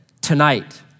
tonight